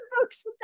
book's